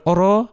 Oro